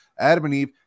adamandeve